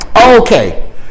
Okay